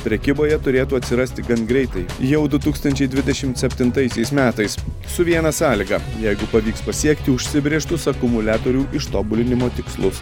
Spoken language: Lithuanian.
prekyboje turėtų atsirasti gan greitai jau du tūkstančiai dvidešim septintaisiais metais su viena sąlyga jeigu pavyks pasiekti užsibrėžtus akumuliatorių ištobulinimo tikslus